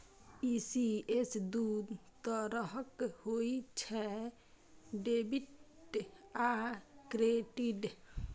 ECS दू तरहक होइ छै, डेबिट आ क्रेडिट